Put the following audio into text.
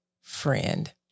Friend